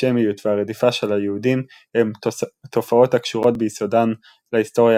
האנטישמיות והרדיפה של היהודים הן תופעות הקשורות ביסודן להיסטוריה